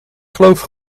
geloof